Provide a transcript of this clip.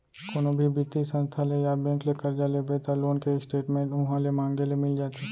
कोनो भी बित्तीय संस्था ले या बेंक ले करजा लेबे त लोन के स्टेट मेंट उहॉं ले मांगे ले मिल जाथे